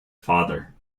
father